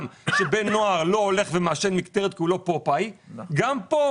שבן נוער לא הולך ומעשן מקטרת כי הוא לא פופאי גם כאן